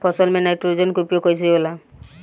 फसल में नाइट्रोजन के उपयोग कइसे होला?